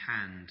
hand